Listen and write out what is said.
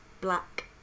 black